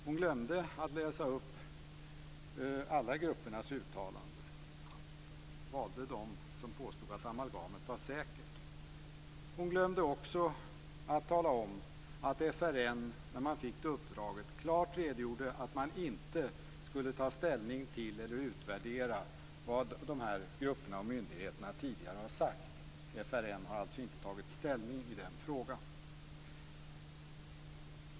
Hon glömde att läsa upp alla gruppernas uttalanden och valde dem som påstod att amalgamet var säkert. Hon glömde också att tala om att FRN när man fick uppdraget klart redogjorde att man inte skulle ta ställning till eller utvärdera vad de här grupperna och myndigheterna tidigare sagt. FRN har alltså inte tagit ställning i den frågan.